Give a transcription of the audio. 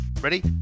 Ready